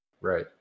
Right